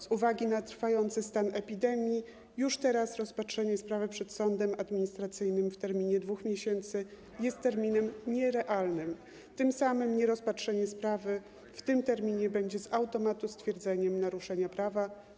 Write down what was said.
Z uwagi na trwający stan epidemii już teraz rozpatrzenie sprawy przed Sądem Administracyjnym w terminie 2 miesięcy jest terminem nierealnym, tym samym nierozpatrzenie sprawy w tym terminie będzie automatycznie stwierdzeniem naruszenia prawa.